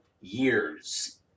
years